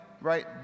right